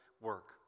work